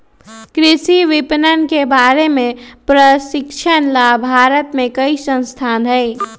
कृषि विपणन के बारे में प्रशिक्षण ला भारत में कई संस्थान हई